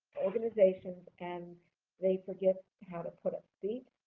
organizations, and they forget how to put up seats